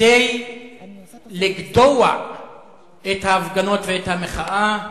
כדי לגדוע את ההפגנות ואת המחאה.